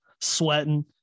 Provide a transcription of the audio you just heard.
sweating